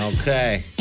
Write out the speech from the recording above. Okay